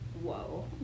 whoa